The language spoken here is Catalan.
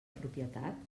propietat